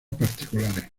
particulares